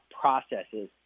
processes